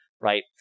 right